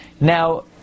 Now